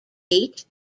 eight